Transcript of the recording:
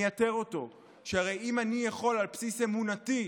מייתר אותו, שהרי אם אני יכול, על בסיס אמונתי,